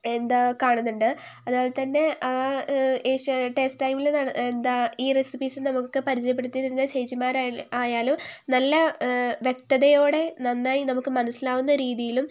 എന്താ കാണുന്നുണ്ട് അതുപോലെതന്നെ ആ ഏഷ്യാനെറ്റ് ടേസ്റ്റ് ടൈമിൽ എന്താ ഈ റെസിപ്പീസ് നമുക്ക് പരിചയപ്പെടുത്തിത്തരുന്ന ചേച്ചിമാർ ആയാലും നല്ല വ്യക്തതയോടെ നന്നായി നമുക്ക് മനസ്സിലാകുന്ന രീതിയിലും